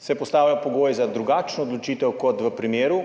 se postavijo pogoji za drugačno odločitev kot v primeru,